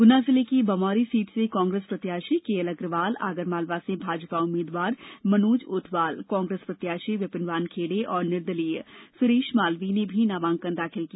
गुना जिले की बमौरी सीट से कांग्रेस प्रत्याशी केएल अग्रवाल आगरमालवा से भाजपा उम्मीदवार मनोज ऊंटवाल कांग्रेस प्रत्याशी विपिन वानखेड़े और निर्दलीय सुरेश मालवीय ने भी नामांकन दाखिल किया